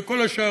וכל השאר,